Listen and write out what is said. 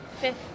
Fifth